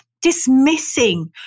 dismissing